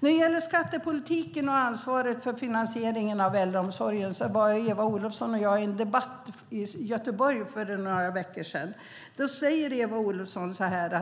När det gäller skattepolitiken och ansvaret för finansieringen av äldreomsorgen var Eva Olofsson och jag med i en debatt i Göteborg för några veckor sedan. Då sade Eva Olofsson så här: